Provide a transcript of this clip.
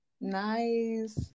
Nice